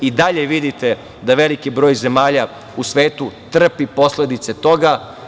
I dalje vidite da veliki broj zemalja u svetu trpi posledice toga.